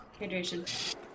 Hydration